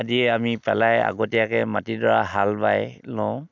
আদিয়ে আমি পেলাই আগতীয়াকৈ মাটিডৰা হাল বাই লওঁ